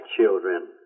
children